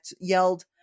yelled